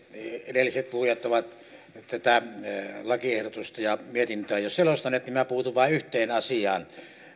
edelliset puhujat ovat tätä lakiehdotusta ja mietintöä jo selostaneet niin että minä puutun vain yhteen asiaan